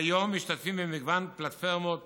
כיום משתתפים במגוון פלטפורמות